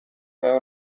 mają